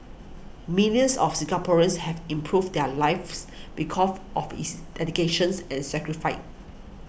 millions of Singaporeans have improved their lives be cough of his dedications and sacrifice